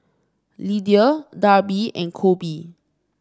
Lidia Darby and Coby